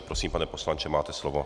Prosím, pane poslanče, máte slovo.